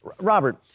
Robert